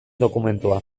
dokumentua